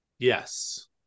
Yes